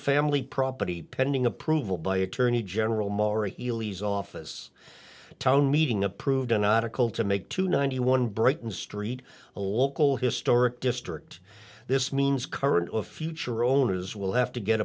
family property pending approval by attorney general mora heelys office a town meeting approved an article to make two ninety one brighton street a local historic district this means current of future owners will have to get